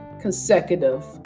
consecutive